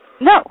No